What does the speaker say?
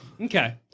Okay